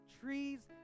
Trees